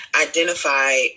identify